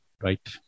Right